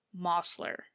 Mossler